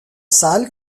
sale